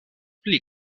pli